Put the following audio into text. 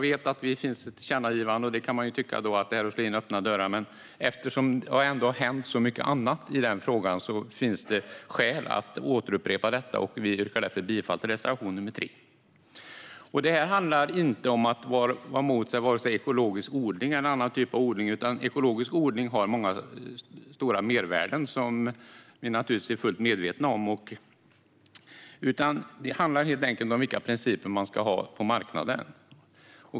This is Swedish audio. Eftersom det finns ett tillkännagivande kan man ju tycka att detta är att slå in öppna dörrar, men då det ändå har hänt så mycket annat i den frågan finns det skäl att upprepa det. Jag yrkar därför bifall till reservation 3. Detta handlar inte om att vi är emot vare sig ekologisk odling eller någon annan typ av odling. Ekologisk odling har stora mervärden som vi är fullt medvetna om. Men det handlar helt enkelt om vilka principer man ska ha på marknaden.